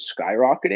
skyrocketing